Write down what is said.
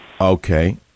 Okay